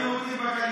היהודים בגליל.